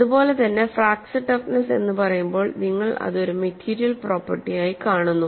അതുപോലെ തന്നെ fracture toughness എന്ന് പറയുമ്പോൾ നിങ്ങൾ അത് ഒരു മെറ്റീരിയൽ പ്രോപ്പർട്ടി ആയി കാണുന്നു